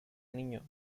niño